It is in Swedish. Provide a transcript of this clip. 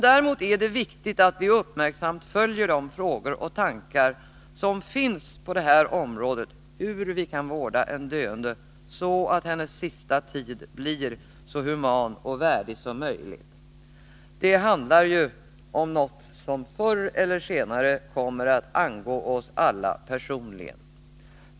Däremot är det viktigt att vi uppmärksamt följer de frågor och tankar som finns på detta område: hur vi kan vårda en döende människa, så att hennes sista tid blir så human och värdig som möjligt. Det handlar ju om något som förr eller senare kommer att angå oss alla personligen.